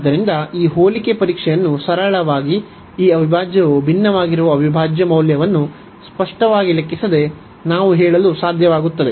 ಆದ್ದರಿಂದ ಈ ಹೋಲಿಕೆ ಪರೀಕ್ಷೆಯನ್ನು ಸರಳವಾಗಿ ಈ ಅವಿಭಾಜ್ಯವು ಭಿನ್ನವಾಗಿರುವ ಅವಿಭಾಜ್ಯ ಮೌಲ್ಯವನ್ನು ಸ್ಪಷ್ಟವಾಗಿ ಲೆಕ್ಕಿಸದೆ ನಾವು ಹೇಳಲು ಸಾಧ್ಯವಾಗುತ್ತದೆ